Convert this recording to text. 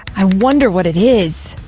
i wonder what it is!